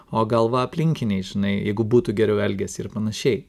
o gal va aplinkiniai žinai jeigu būtų geriau elgiasi ir panašiai